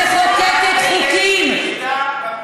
שמחוקקת חוקים.